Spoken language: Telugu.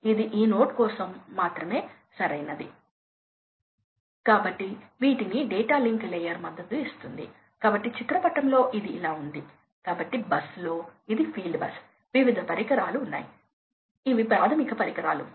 ఇక్కడ మనము ఉన్నాము కాబట్టి ఇప్పుడు మీరు వేగం మారుతున్నప్పుడు ఎనర్జీ సగటు హార్స్ పవర్ అవసరాలు చూద్దాం 100 కేసు అదే 33